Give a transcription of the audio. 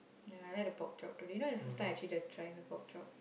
ya I like the pork chop today you know the first time I actually the trying the pork chop